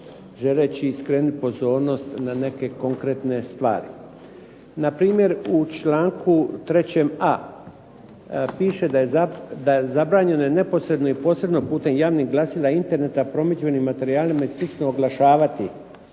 želeći skrenuti pozornost na neke konkretne stvari. Npr. u članku 3.a piše da je zabranjeno ne posredno i posredno putem javnih glasila i interneta, promidžbenim materijalima i slično oglašavati